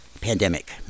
pandemic